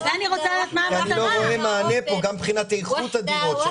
כי אני לא רואה מענה פה גם מבחינת איכות הדירות.